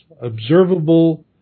observable